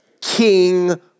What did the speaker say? king